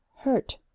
hurt